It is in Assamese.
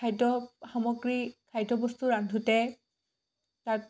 খাদ্য সামগ্ৰী খাদ্য বস্তু ৰান্ধোঁতে তাত